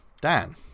Dan